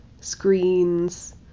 screens